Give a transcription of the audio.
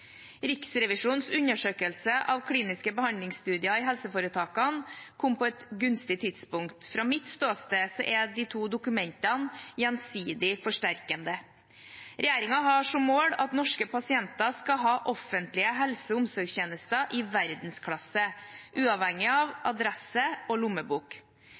Riksrevisjonens undersøkelse av kliniske behandlingsstudier i helseforetakene kom på et gunstig tidspunkt. Fra mitt ståsted er de to dokumentene gjensidig forsterkende. Regjeringen har som mål at norske pasienter skal ha offentlige helse- og omsorgstjenester i verdensklasse, uavhengig av adresse og lommebok.